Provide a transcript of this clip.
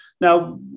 Now